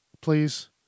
Please